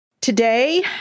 Today